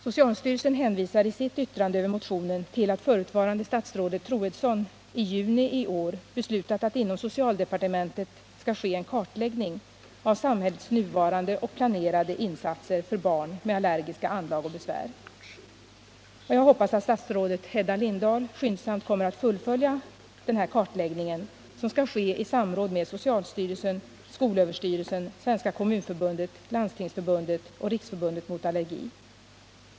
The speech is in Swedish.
Socialstyrelsen hänvisar i sitt yttrande över motionen till att förutvarande statsrådet Troedsson i juni i år beslutat att inom socialdepartementet skall göras en kartläggning av samhällets nuvarande och planerade insatser för barn med allergiska anlag och besvär. Jag hoppas att statsrådet Hedda Lindahl skyndsamt kommer att fullfölja den kartläggningen, som skall ske i samråd med socialstyrelsen, skolöverstyrelsen, Svenska kommunförbundet, Landstingsförbundet och Riksförbundet mot allergi.